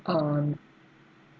um